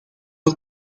het